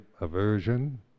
aversion